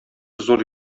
зур